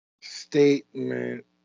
statement